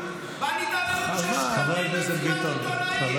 אתה עלית למסיבת עיתונאים ושיקרת לציבור על חינוך חינם.